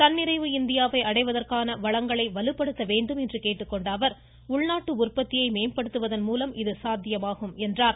தன்னிறைவு இந்தியாவை அடைவதற்கான வளங்களை வலுப்படுத்த வேண்டும் என்று கேட்டுக்கொண்ட அவர் உள்நாட்டு உற்பத்தியை மேம்படுத்துவதன் மூலம் இது சாத்தியமாகும் என்றார்